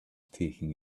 taking